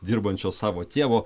dirbančio savo tėvo